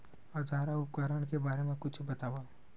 औजार अउ उपकरण के बारे मा कुछु बतावव?